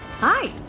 Hi